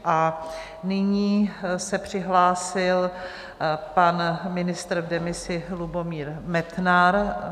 A nyní se přihlásil pan ministr v demisi Lubomír Metnar.